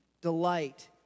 delight